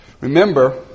Remember